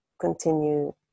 continue